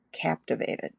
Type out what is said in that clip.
captivated